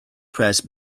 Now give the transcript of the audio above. press